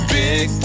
big